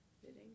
fitting